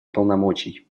полномочий